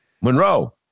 Monroe